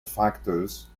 factors